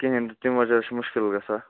کِہیٖنۍ نہٕ تَمہِ وجہ چھُ مُشکِل گژھان